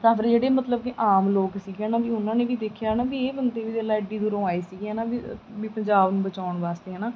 ਤਾਂ ਫਿਰ ਜਿਹੜੇ ਮਤਲਬ ਕਿ ਆਮ ਲੋਕ ਸੀਗੇ ਨਾ ਵੀ ਉਹਨਾਂ ਨੇ ਵੀ ਦੇਖਿਆ ਨਾ ਵੀ ਇਹ ਬੰਦੇ ਵੀ ਦੇਖ ਲਾ ਐਡੀ ਦੂਰੋਂ ਆਏ ਸੀਗੇ ਹੈ ਨਾ ਵੀ ਪੰਜਾਬ ਨੂੰ ਬਚਾਉਣ ਵਾਸਤੇ ਹੈ ਨਾ